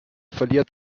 verliert